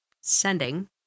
sending